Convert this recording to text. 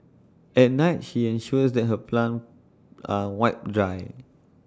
at night she ensures that her plant are wiped dry